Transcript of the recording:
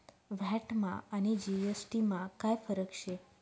व्हॅटमा आणि जी.एस.टी मा काय फरक शे?